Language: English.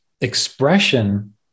expression